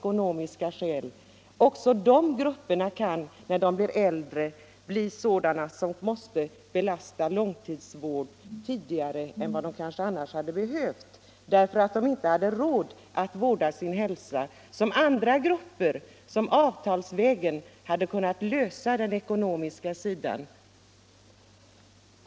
Också de människorna kan, när de blir äldre, bli nödsakade att belasta långtidsvården tidigare än de kanske annars hade behövt därför att de inte hade råd att vårda sin hälsa på samma sätt som andra grupper som avtalsvägen kunnat lösa problemen på den ekonomiska sidan.